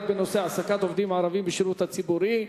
בנושא: העסקת עובדים ערבים בשירות הציבורי.